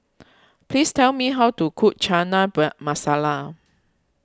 please tell me how to cook Chana Bar Masala